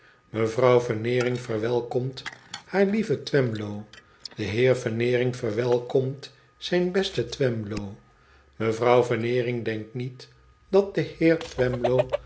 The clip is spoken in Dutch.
mevrouw veneering verwelkomt haar lieven twemlow de heer veneering verwelkomt zijn besten twemlow mevrouw veneering denkt niet dat de heer